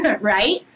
right